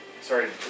Sorry